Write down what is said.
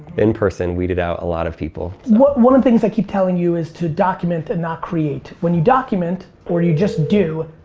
in person, weeded out a lot of people. one of the things i keep telling you is to document and not create. when you document, or you just do,